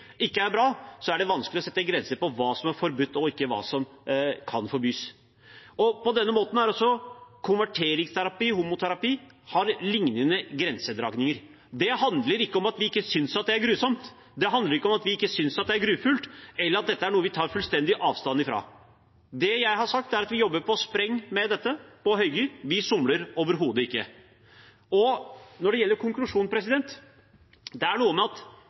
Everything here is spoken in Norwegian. ikke er bra, er det vanskelig å sette en grense for hva som er forbudt og ikke, hva som kan forbys. På denne måten har også konverteringsterapi, homoterapi, lignende grensedragninger. Det handler ikke om at vi ikke synes det er grusomt eller grufullt, eller at dette er noe vi tar fullstendig avstand fra. Det jeg har sagt, er at vi jobber på spreng med dette, på høygir. Vi somler overhodet ikke. Og når det gjelder konklusjonen: Det er noe med at